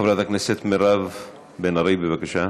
חברת הכנסת מירב בן ארי, בבקשה.